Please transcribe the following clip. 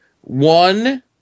one